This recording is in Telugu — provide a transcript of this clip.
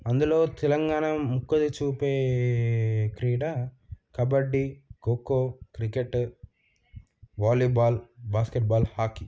అందులో తెలంగాణ మక్కువ చూపే క్రీడా kabaddi kho kho cricket volleyball basketball hockey